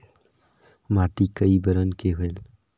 माटी कई बरन के होयल?